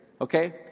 Okay